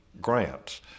Grant's